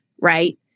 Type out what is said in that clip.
Right